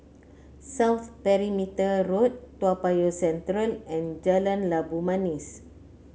South Perimeter Road Toa Payoh Central and Jalan Labu Manis